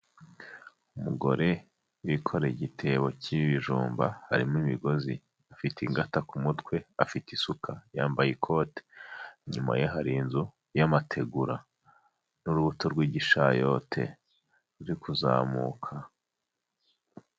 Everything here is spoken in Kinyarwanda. Umugore wikoreye igitebo cy'ibijumba, harimo imigozi, afite ingata ku mutwe, afite isuka, yambaye ikote. Inyuma ye hari inzu y'amategura n'urubuto rw'igishayote ruri kuzamuka.